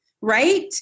right